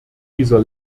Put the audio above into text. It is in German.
dieser